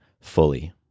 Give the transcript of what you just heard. fully